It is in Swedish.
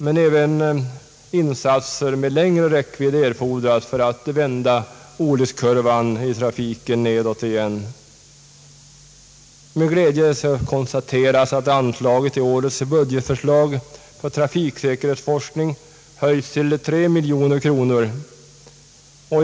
Men även insatser med längre räckvidd erfordras för att vända olyckskurvan i trafiken nedåt igen. Med glädje konstateras att anslaget för trafiksäkerhetsforskning höjs till 3 miljoner kronor i årets budget.